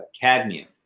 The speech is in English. cadmium